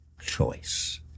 choice